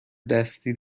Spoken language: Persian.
دستی